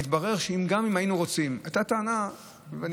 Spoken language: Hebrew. מתברר שגם אם היינו רוצים, הייתה טענה, ואני